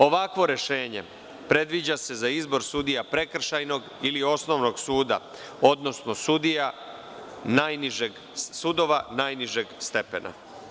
Ovakvo rešenje predviđa se za izbor sudija prekršajnog ili osnovnog suda, odnosno sudova najnižeg stepena.